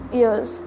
years